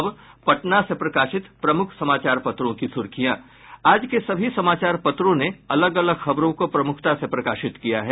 अब पटना से प्रकाशित प्रमुख समाचार पत्रों की सुर्खियां आज के सभी समाचार पत्रों ने अलग अलग खबरों को प्रमुखता से प्रकाशित किया है